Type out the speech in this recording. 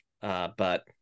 but-